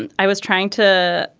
and i was trying to